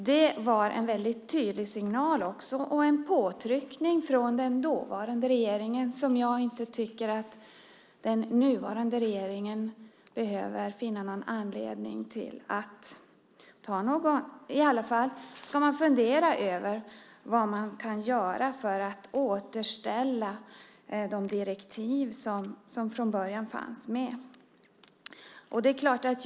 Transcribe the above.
Det var en väldigt tydlig signal och en påtryckning från den dåvarande regeringen som jag inte tycker att den nuvarande regeringen behöver finna någon anledning att beakta. I alla fall ska man fundera över vad man kan göra för att återställa de direktiv som fanns från början.